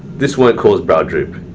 this won't cause brow droop,